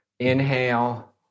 Inhale